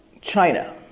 China